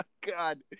God